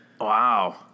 Wow